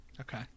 Okay